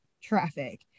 traffic